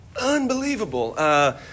unbelievable